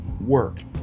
work